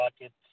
Rocket